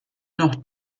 noch